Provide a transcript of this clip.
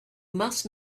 must